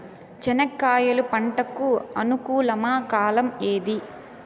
చెనక్కాయలు పంట కు అనుకూలమా కాలం ఏది?